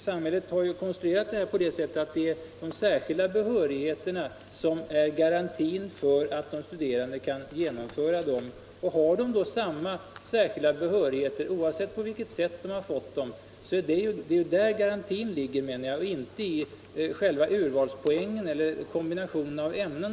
Samhället har därför konstruerat studiesystemet på det sättet att det är de särskilda behörighetskraven som är garantin för att de studerande kan genomföra studierna. Garantin ligger i att de har samma särskilda behörighet, oavsett på vilket sätt de fått denna, och inte i själva urvalspoängen eller kombinationen av ämnen.